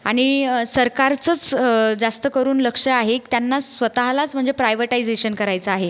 आणि सरकारचंच जास्त करून लक्ष आहे त्यांना स्वतःलाच म्हणजे प्रायव्हटायझेशन करायचं आहे